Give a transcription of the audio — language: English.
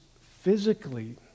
physically